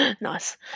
Nice